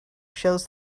shows